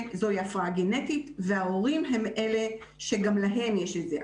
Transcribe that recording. זו הפרעה גנטית וההורים הם אלה שגם להם יש את זה.